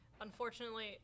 Unfortunately